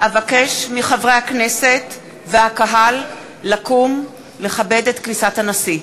אבקש מחברי הכנסת והקהל לקום לכבד את כניסת הנשיא.